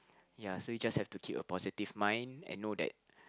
ya so you just have to keep a positive mind and know that